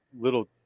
little